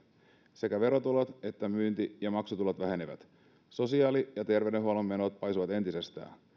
sekä verotulot että myynti ja maksutulot vähenevät sosiaali ja terveydenhuollon menot paisuvat entisestään